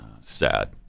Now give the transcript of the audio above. sad